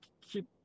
keep